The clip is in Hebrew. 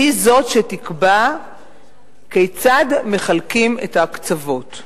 והיא זאת שתקבע כיצד מחלקים את ההקצבות.